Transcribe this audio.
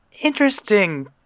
interesting